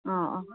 ꯑꯥ ꯑꯥ